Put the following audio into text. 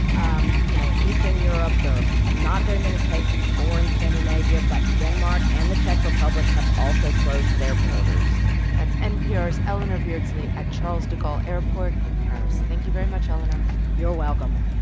um you know, in eastern europe, there are not very many cases or in scandinavia. but denmark and the czech republic have also closed their borders that's npr's eleanor beardsley at charles de gaulle airport in paris thank you, very much eleanor you're welcome